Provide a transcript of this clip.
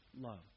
love